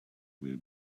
will